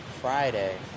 Friday